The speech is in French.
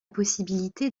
possibilité